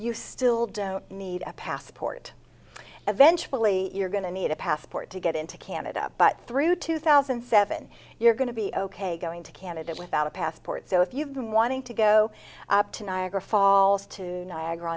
you still don't need a passport eventually you're going to need a passport to get into canada but through two thousand and seven you're going to be ok going to canada without a passport so if you've been wanting to go to niagara falls to niagara